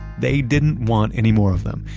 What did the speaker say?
they didn't want any more of them,